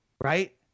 right